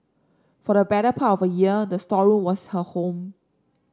for the better part of a year the storeroom was her home